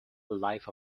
life